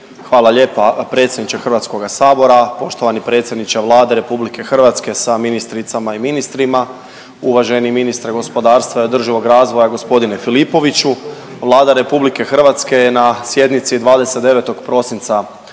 Hvala lijepa predsjedniče Hrvatskoga sabora, poštovani predsjedniče Vlade Republike Hrvatske sa ministricama i ministrima. Uvaženi ministre gospodarstva i održivog razvoja gospodine Filipoviću Vlada RH je na sjednici 29. prosinca